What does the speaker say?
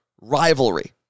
Rivalry